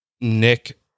Nick